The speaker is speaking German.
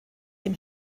dem